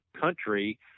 country